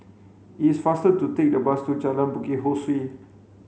is faster to take the bus to Jalan Bukit Ho Swee